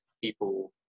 people